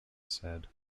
said